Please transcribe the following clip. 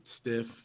stiff